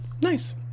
nice